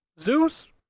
Zeus